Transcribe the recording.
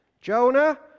Jonah